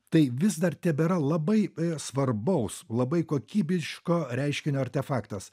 tai vis dar tebėra labai svarbaus labai kokybiško reiškinio artefaktas